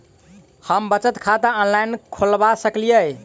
हम बचत खाता ऑनलाइन खोलबा सकलिये?